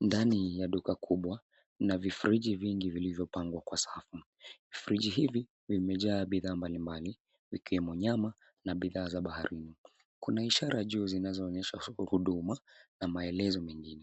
Ndani ya duka kubwa, kuna vifriji vingi vilivyopangwa kwa safu. Friji hili limejaa bidhaa mbalimbali ikiwemo nyama na bidhaa za baharini. Kuna ishara juu zinazoonyesha huduma na maelezo mengine.